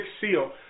seal